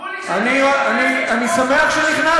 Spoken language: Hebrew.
אמרו לי שאתה, אני שמח שנכנסת.